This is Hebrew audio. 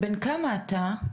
בן כמה אתה?